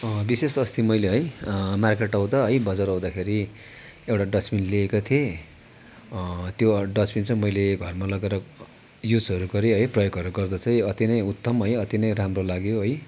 विशेष अस्ति मैले है मार्केट आउँदा है बजार आउँदाखेरि एउटा डस्टबिन लिएको थिएँ त्यो डस्टबिन चाहिँ मैले घरमा लगेर युजहरू गरेँ है प्रयोगहरू गर्दा चाहिँ अति नै उत्तम है अति नै राम्रो लाग्यो है